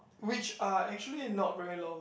which are actually not very long